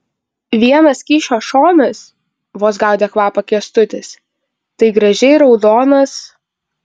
vienas kyšio šonas vos gaudė kvapą kęstutis tai gražiai raudonas